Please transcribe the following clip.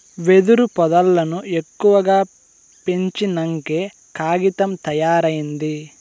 వెదురు పొదల్లను ఎక్కువగా పెంచినంకే కాగితం తయారైంది